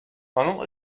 аның